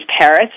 parrots